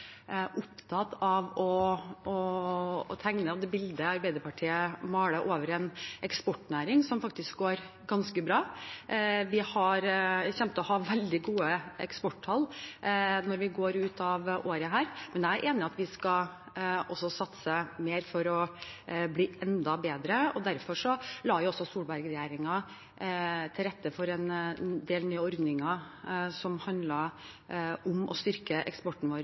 opptatt av, og det bildet Arbeiderpartiet tegner av en eksportnæring som faktisk går ganske bra. Vi kommer til å ha veldig gode eksporttall når vi går ut av dette året. Men jeg er enig i at vi også skal satse mer for å bli enda bedre. Derfor la Solberg-regjeringen til rette for en del nye ordninger som handlet om å styrke eksporten vår.